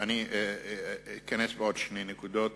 אני אכנס בעוד שני נקודות